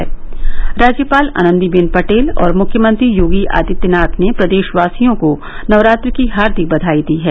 प्रदेश की राज्यपाल आनंदीबेन पटेल और मुख्यमंत्री योगी आदित्यनाथ ने प्रदेशवासियों को नवरात्र की हार्दिक बधाई दी है